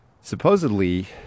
supposedly